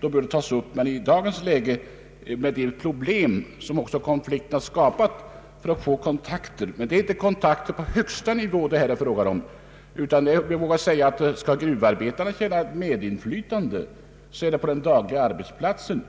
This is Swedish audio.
på det behov av kontakt med företagsledningen som konflikten i vintras säges ha visat vill jag erinra om att det därvidlag i det dagliga arbetet inte kan bli tal om kontakt på högsta nivå så att säga. Skall gruvarbetarna ha medinflytande skall det väl först och främst vara på arbetsplatsen.